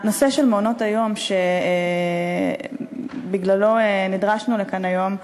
הנושא של מעונות-היום, שבגללו נדרשנו לכאן היום,